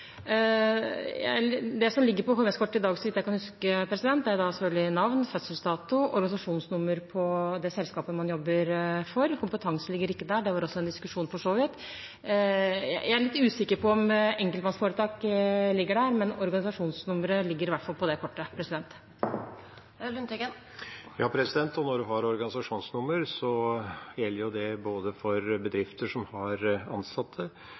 jeg kan huske – selvfølgelig navn, fødselsdato og organisasjonsnummeret til det selskapet man jobber for. Kompetanse ligger ikke der. Det var for så vidt også en diskusjon om det. Jeg er litt usikker på om enkeltmannsforetak ligger der, men organisasjonsnummer ligger i hvert fall på det kortet. Når en har organisasjonsnummeret, gjelder det både bedrifter som har ansatte,